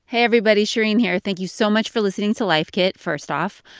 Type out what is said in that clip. hey, everybody shereen here. thank you so much for listening to life kit, first off.